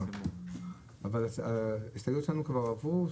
אבל ההסתייגויות שלנו כבר עברו?